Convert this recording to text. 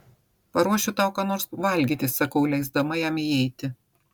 paruošiu tau ką nors valgyti sakau leisdama jam įeiti